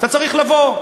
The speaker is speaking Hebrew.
אתה צריך לבוא.